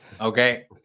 Okay